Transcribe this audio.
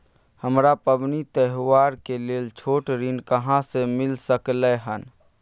हमरा पबनी तिहार के लेल छोट ऋण कहाँ से मिल सकलय हन?